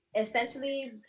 essentially